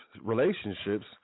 relationships